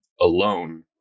alone